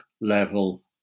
level